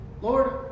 Lord